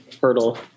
hurdle